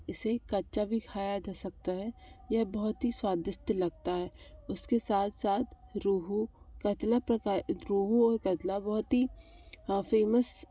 इसे कच्चा भी खाया जा सकता है यह बहुत ही स्वादिष्ट लगता है उसके साथ साथ रोहू कतला प्रकार रोहू और कतला बहुत ही फेमस